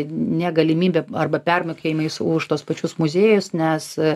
negalimybe arba per mokėjimais už tuos pačius muziejus nes